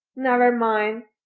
never mind!